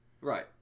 Right